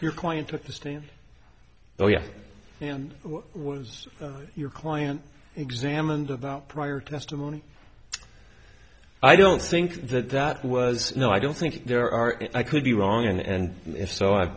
your client took the stand oh yes you know what was your client examined about prior testimony i don't think that that was no i don't think there are i could be wrong and if so i'm